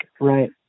right